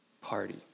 party